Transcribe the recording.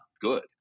good